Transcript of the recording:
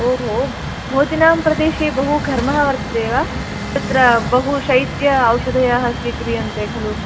हो हो भवतीनाम् प्रदेशे बहु घर्मः वर्तते वा तत्र बहुशैत्य औषधयाः स्वीक्रियन्ते खलु